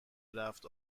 رفت